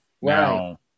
Wow